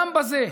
גם בזה,